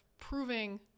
proving